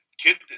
Kid